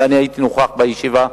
ואני נכחתי בישיבה,